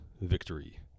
victory